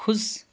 ख़ुश